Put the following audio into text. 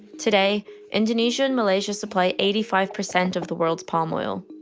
today indonesia and malaysia supply eighty five percent of the world's palm oil,